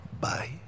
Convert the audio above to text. bye